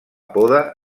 poda